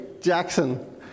Jackson